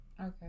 okay